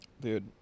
dude